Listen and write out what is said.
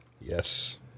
Yes